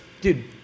dude